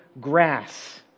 grass